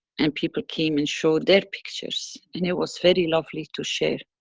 and people came and showed their pictures, and it was very lovely to share.